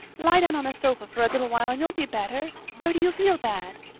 lie down on the sofa for a little while and you'll be better. where do you feel bad?